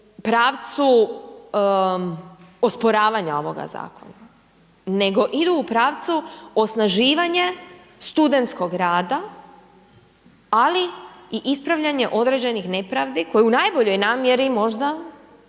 pravcu osporavanja ovoga Zakona, nego idu u pravcu osnaživanje studentskog rada ali i ispravljanje određenih nepravdi, koji u najboljoj namjeri možda